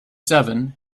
seven